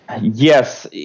Yes